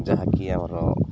ଯାହାକି ଆମର